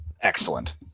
Excellent